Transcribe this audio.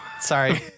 Sorry